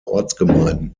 ortsgemeinden